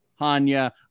Hanya